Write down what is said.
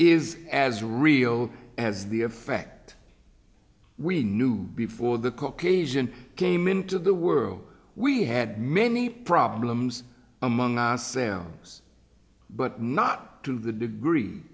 is as real as the effect we knew before the caucasian came into the world we had many problems among us but not to the degree